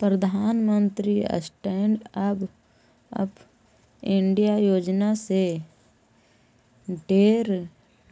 प्रधानमंत्री stand up India योजना से ढेर